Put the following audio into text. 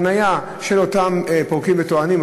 החניה של אותם פורקים וטוענים,